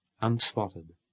unspotted